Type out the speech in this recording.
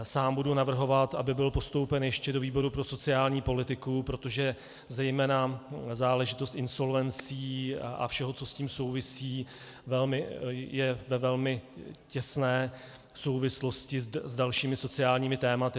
Sám budu navrhovat, aby byl postoupen ještě do výboru pro sociální politiku, protože zejména záležitost insolvencí a všeho, co s tím souvisí, je ve velmi těsné souvislosti s dalšími sociálními tématy.